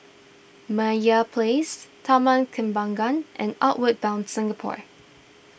Meyer Place Taman Kembangan and Outward Bound Singapore